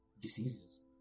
diseases